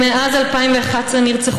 מאז 2011 נרצחו,